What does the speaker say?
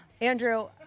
Andrew